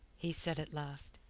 he said at last.